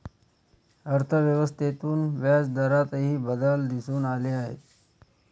अर्थव्यवस्थेतून व्याजदरातही बदल दिसून आले आहेत